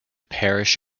parish